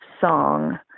song